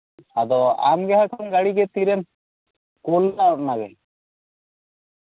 ᱟᱫᱚ ᱟᱢ ᱜᱮᱦᱟᱜ ᱠᱷᱟᱱ ᱜᱟᱹᱰᱤ ᱜᱮ ᱛᱤᱨᱮᱢ ᱠᱩᱞ ᱮᱫᱟ ᱚᱱᱟᱜᱮ